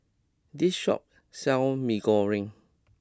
this shop sells Mee Goreng